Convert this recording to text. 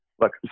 look